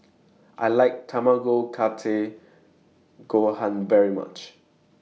I like Tamago Kake Gohan very much